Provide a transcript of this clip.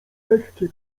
lekkie